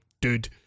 dude